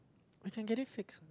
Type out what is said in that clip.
I can get it fixed